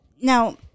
now